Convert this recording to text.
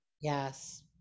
Yes